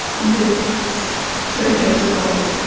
with so certain types of girls.